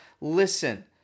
Listen